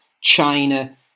China